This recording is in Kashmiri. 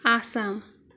آسام